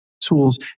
tools